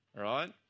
right